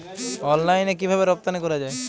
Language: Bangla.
অনলাইনে কিভাবে রপ্তানি করা যায়?